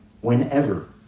Whenever